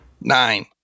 Nine